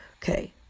Okay